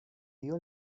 dio